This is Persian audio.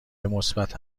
مثبت